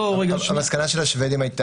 המסקנה של השבדים,